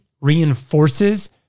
reinforces